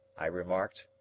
i remarked.